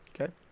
Okay